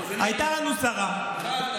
הייתה לנו שרה, שאלת.